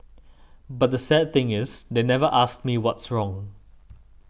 but the sad thing is they never asked me what's wrong